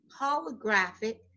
holographic